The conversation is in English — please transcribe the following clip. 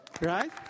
right